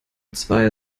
zwei